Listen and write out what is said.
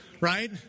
Right